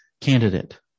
candidate